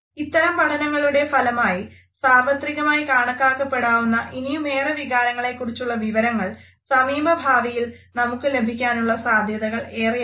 ഇത്തരം പഠനങ്ങളുടെ ഫലമായി സാർവത്രികമായി കണക്കാക്കപ്പെടാവുന്ന ഇനിയുമേറെ വികാരങ്ങളെക്കുറിച്ചുള്ള വിവരങ്ങൾ സമീപഭാവിയിൽ നമുക്ക് ലഭിക്കുവാനുള്ള സാദ്ധ്യതകൾ ഏറെയാണ്